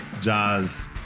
Jazz